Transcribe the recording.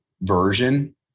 version